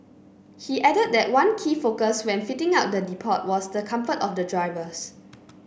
he added that one key focus when fitting out the depot was the comfort of the drivers